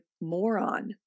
moron